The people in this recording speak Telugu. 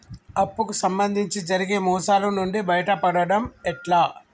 అప్పు కు సంబంధించి జరిగే మోసాలు నుండి బయటపడడం ఎట్లా?